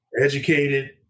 educated